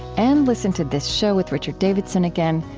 and listen to this show with richard davidson again,